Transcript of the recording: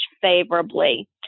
favorably